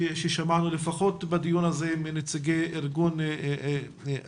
ששמענו לפחות בדיון הזה מנציגי אלו"ט,